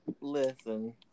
Listen